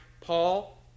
Paul